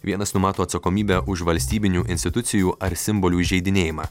vienas numato atsakomybę už valstybinių institucijų ar simbolių įžeidinėjimą